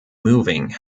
moving